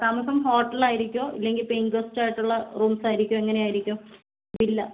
താമസം ഹോട്ടൽ ആയിരിക്കുമോ ഇല്ലെങ്കിൽ പേയിങ് ഗസ്റ്റ് ആയിട്ടുള്ള റൂംസ് ആയിരിക്കുമോ എങ്ങനെ ആയിരിക്കും വില്ല